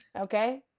Okay